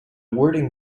wording